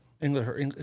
English